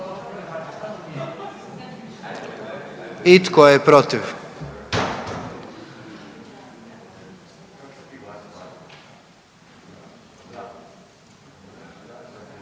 I tko je protiv?